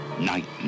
night